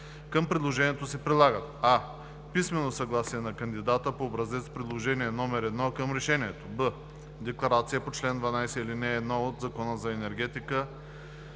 Към предложението се прилагат: а) писмено съгласие на кандидата по образец – приложение № 1 към решението; б) декларация по чл. 12, ал. 1 от Закона за енергетиката,